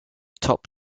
top